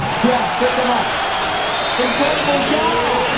yeah freak him up incredible job